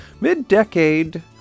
mid-decade